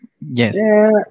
Yes